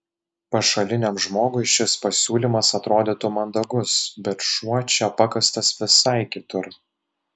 pašaliniam žmogui šis pasiūlymas atrodytų mandagus bet šuo čia pakastas visai kitur